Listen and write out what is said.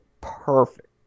perfect